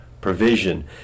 provision